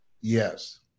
Yes